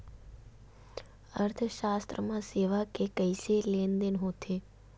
अर्थशास्त्र मा सेवा के कइसे लेनदेन होथे?